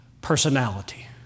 personality